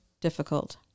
Difficult